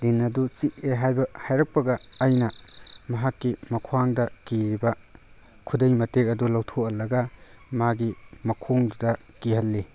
ꯂꯤꯟ ꯑꯗꯨ ꯆꯤꯛꯑꯦ ꯍꯥꯏꯕ ꯍꯥꯏꯔꯛꯄꯒ ꯑꯩꯅ ꯃꯍꯥꯛꯀꯤ ꯃꯈ꯭ꯋꯥꯡꯗ ꯀꯤꯔꯤꯕ ꯈꯨꯗꯩ ꯃꯇꯦꯛ ꯑꯗꯨ ꯂꯧꯊꯣꯛꯍꯜꯂꯒ ꯃꯥꯒꯤ ꯃꯈꯣꯡꯗꯨꯗ ꯀꯤꯍꯜꯂꯤ